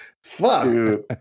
Fuck